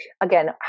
again